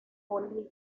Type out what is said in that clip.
bolivia